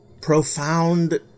profound